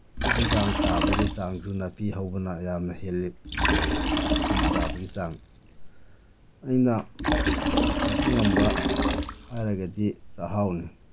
ꯇꯤꯟ ꯀꯥꯡ ꯇꯥꯕꯒꯤ ꯆꯥꯡꯁꯨ ꯅꯥꯄꯤ ꯍꯧꯕꯅ ꯌꯥꯝꯅ ꯍꯦꯜꯂꯤ ꯇꯤꯟ ꯇꯥꯕꯒꯤ ꯆꯥꯡ ꯑꯩꯅ ꯄꯨꯊꯣꯛꯄ ꯉꯝꯕ ꯍꯥꯏꯔꯒꯗꯤ ꯆꯥꯛꯍꯥꯎꯅꯤ